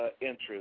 interest